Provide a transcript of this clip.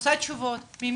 רוצה תשובות ממשרד הדתות.